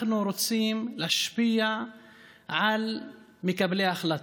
אנחנו רוצים להשפיע על מקבלי ההחלטות,